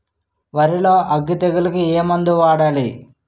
వరిలో అగ్గి తెగులకి ఏ మందు వాడాలి?